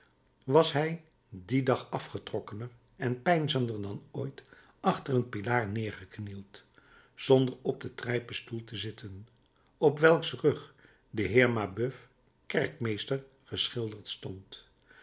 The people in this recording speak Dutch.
was hij dien dag afgetrokkener en peinzender dan ooit achter een pilaar nedergeknield zonder op den trijpen stoel te letten op welks rug de heer mabeuf kerkmeester geschilderd stond